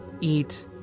eat